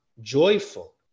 joyful